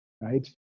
right